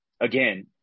Again